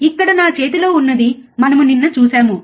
ఇక్కడ నా చేతిలో ఉన్నది మనము నిన్న చూశాము